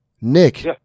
Nick